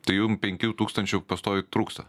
tai jum penkių tūkstančių pastoviai trūksta